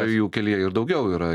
ar jų kelyje ir daugiau yra